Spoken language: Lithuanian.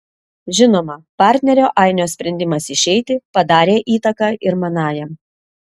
žinoma partnerio ainio sprendimas išeiti padarė įtaką ir manajam